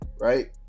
Right